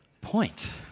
point